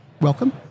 Welcome